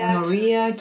Maria